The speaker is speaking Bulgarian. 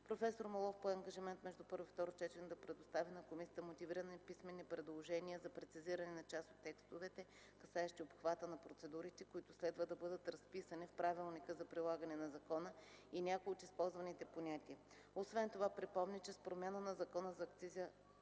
Професор Моллов пое ангажимент между първо и второ четене да предостави на комисията мотивирани писмени предложения за прецизиране на част от текстовете, касаещи обхвата на процедурите, които следва да бъдат разписани в правилника за прилагане на закона и някои от използваните понятия. Освен това припомни, че с промяна на Закона за акцизите